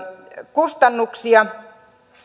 kustannuksia